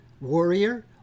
warrior